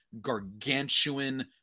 gargantuan